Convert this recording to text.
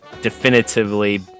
definitively